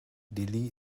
dili